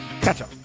ketchup